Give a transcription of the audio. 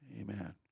Amen